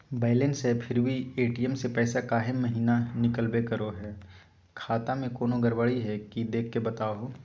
Balance है फिर भी भी ए.टी.एम से पैसा काहे महिना निकलब करो है, खाता में कोनो गड़बड़ी है की देख के बताहों?